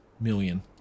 million